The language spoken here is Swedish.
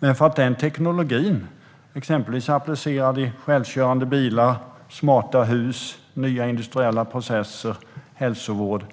Men för att den teknologin, exempelvis applicerad i självkörande bilar, smarta hus, nya industriella processer och hälsovård,